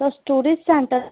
तुस केह्ड़े सेंटर